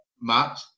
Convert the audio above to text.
Matt